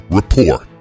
report